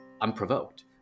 unprovoked